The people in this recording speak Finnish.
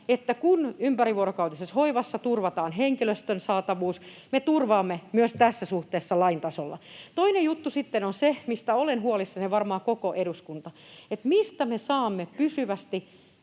että kun ympärivuorokautisessa hoivassa turvataan henkilöstön saatavuus, me turvaamme sen myös tässä suhteessa lain tasolla. Toinen juttu sitten on se — mistä olen huolissani, ja varmaan koko eduskunta — mistä me saamme